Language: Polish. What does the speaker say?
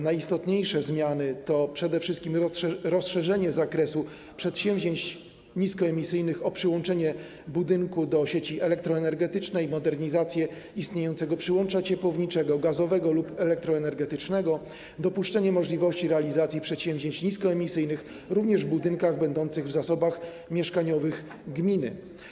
Najistotniejsze zmiany dotyczą przede wszystkim rozszerzenia zakresu przedsięwzięć niskoemisyjnych o przyłączenie budynku do sieci elektroenergetycznej, modernizacje istniejącego przyłącza ciepłowniczego, gazowego lub elektroenergetycznego, dopuszczenie możliwości realizacji przedsięwzięć niskoemisyjnych również w budynkach będących w zasobach mieszkaniowych gminy.